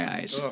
Eyes